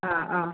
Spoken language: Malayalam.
ആ ആ